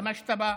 השתמשת בה.